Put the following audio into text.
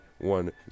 one